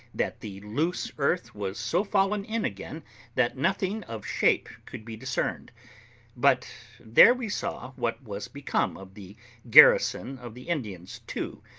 that the loose earth was so fallen in again that nothing of shape could be discerned but there we saw what was become of the garrison of the indians, too,